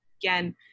again